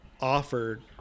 offered